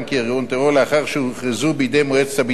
לאחר שהוכרזו בידי מועצת הביטחון של האו"ם,